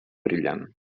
brillant